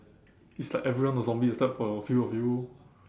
it's like everyone a zombie except for a few of you